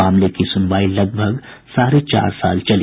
मामले की सुनवाई लगभग साढ़े चार वर्ष चली